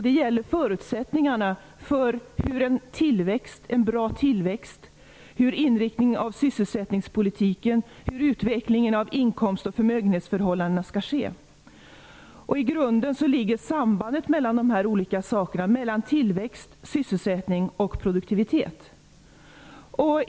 Det gäller då förutsättningarna för en bra tillväxt, för inriktningen av sysselsättningspolitiken och för utvecklingen av inkomst och förmögenhetsförhållandena. I grunden finns sambandet mellan de här olika sakerna -- mellan tillväxt, sysselsättning och produktivitet.